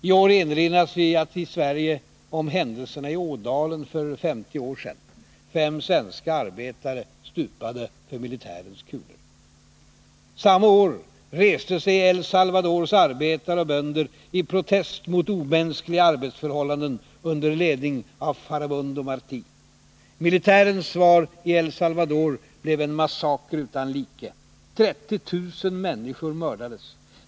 I år erinras vi i Sverige om händelserna i Ådalen för 50 år sedan. Fem svenska arbetare stupade för militärens kulor. Samma år reste sig El Salvadors arbetare och bönder i protest mot omänskliga arbetsförhållanden under ledning av Farabundo Marti. Militärens svar i El Salvador blev en massaker utan like. 30 000 människor mördades.